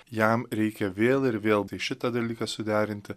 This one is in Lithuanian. jam reikia vėl ir vėl tai šitą dalyką suderinti